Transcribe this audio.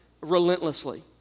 relentlessly